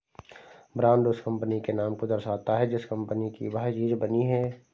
brand उस company के नाम को दर्शाता है जिस कंपनी की वह चीज बनी है